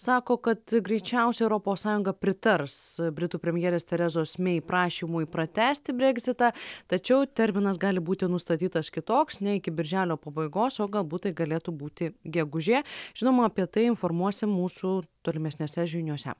sako kad greičiausiai europos sąjunga pritars britų premjerės terezos mei prašymui pratęsti breksitą tačiau terminas gali būti nustatytas kitoks nei iki birželio pabaigos o galbūt tai galėtų būti gegužė žinoma apie tai informuosim mūsų tolimesnėse žiniose